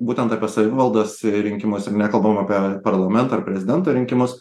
būtent apie savivaldos rinkimus ir nekalbam apie parlamento ar prezidento rinkimus